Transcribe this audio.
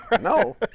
No